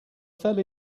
fell